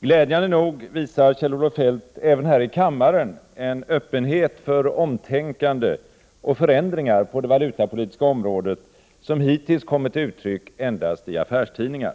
Glädjande nog visar Kjell-Olof Feldt även här i kammaren en öppenhet för omtänkande och för förändringar på det valutapolitiska området, som hittills kommit till uttryck endast i affärstidningar.